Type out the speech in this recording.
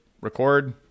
record